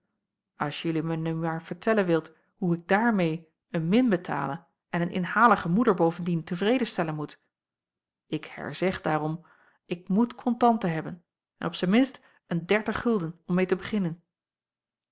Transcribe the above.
jelui mij nu maar vertellen wilt hoe ik daarmeê een min betalen en een inhalige moeder bovendien tevreden stellen moet ik herzeg daarom ik moet kontanten hebben en op zijn minst een dertig gulden om meê te beginnen